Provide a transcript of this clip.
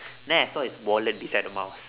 then I saw his wallet beside the mouse